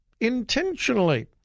intentionally